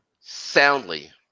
soundly